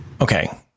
Okay